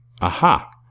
aha